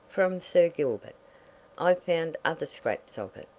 from sir gilbert i found other scraps of it,